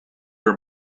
her